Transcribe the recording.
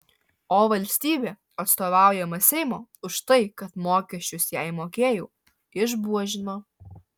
o valstybė atstovaujama seimo už tai kad mokesčius jai mokėjau išbuožino